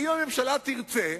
כי אם הממשלה תרצה,